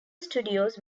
studios